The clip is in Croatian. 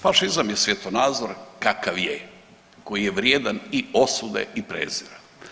Fašizam je svjetonazor kakav je, koji je vrijedan i osude i prijezira.